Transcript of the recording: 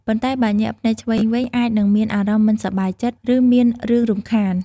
ប៉ុន្តែបើ ញាក់ភ្នែកឆ្វេងវិញ អាចនឹងមានអារម្មណ៍មិនសប្បាយចិត្ត ឬមានរឿងរំខាន។